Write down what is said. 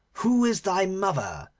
who is thy mother,